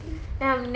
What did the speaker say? !aww!